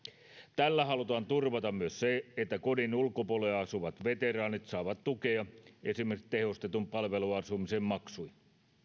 tällä halutaan turvata myös se että kodin ulkopuolella asuvat veteraanit saavat tukea esimerkiksi tehostetun palveluasumisen maksuihin